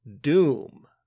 Doom